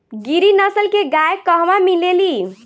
गिरी नस्ल के गाय कहवा मिले लि?